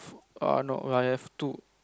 err no I have two